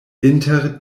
inter